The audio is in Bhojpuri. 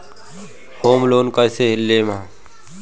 होम लोन कैसे लेहम?